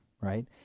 right